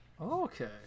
Okay